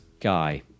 guy